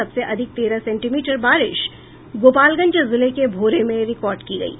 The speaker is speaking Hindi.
सबसे अधिक तेरह सेंटीमीटर बारिश गोपालगंज जिले के भोरे में रिकॉर्ड की गयी